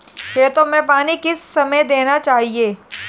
खेतों में पानी किस समय देना चाहिए?